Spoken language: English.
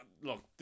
Look